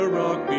rock